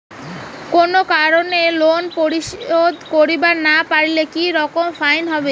কোনো কারণে লোন পরিশোধ করিবার না পারিলে কি রকম ফাইন হবে?